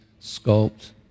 sculpt